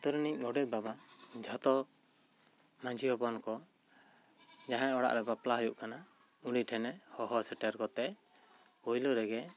ᱟᱛᱳ ᱤᱨᱱᱤᱡ ᱜᱚᱰᱮᱛ ᱵᱟᱵᱟ ᱡᱷᱚᱛᱚ ᱢᱟᱹᱡᱷᱤ ᱦᱚᱯᱚᱱ ᱠᱚ ᱡᱟᱦᱟᱸᱭ ᱚᱲᱟᱜ ᱨᱮ ᱵᱟᱯᱞᱟ ᱦᱳᱭᱳᱜ ᱠᱟᱱᱟ ᱩᱱᱤ ᱴᱷᱮᱱᱮ ᱦᱚᱦᱚ ᱥᱮᱴᱮᱨ ᱠᱟᱛᱮ ᱯᱩᱭᱞᱩ ᱨᱮᱜᱮ